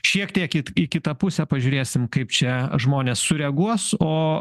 šiek tiek it į kitą pusę pažiūrėsim kaip čia žmonės sureaguos o